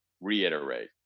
reiterate